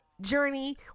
journey